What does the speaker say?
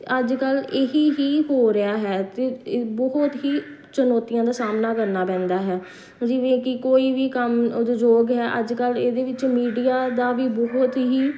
ਅੱਜ ਕੱਲ੍ਹ ਇਹੀ ਹੀ ਹੋ ਰਿਹਾ ਹੈ ਤੇ ਬਹੁਤ ਹੀ ਚੁਣੌਤੀਆਂ ਦਾ ਸਾਹਮਣਾ ਕਰਨਾ ਪੈਂਦਾ ਹੈ ਜਿਵੇਂ ਕਿ ਕੋਈ ਵੀ ਕੰਮ ਉਦਯੋਗ ਹੈ ਅੱਜ ਕੱਲ੍ਹ ਇਹਦੇ ਵਿੱਚ ਮੀਡੀਆ ਦਾ ਵੀ ਬਹੁਤ ਹੀ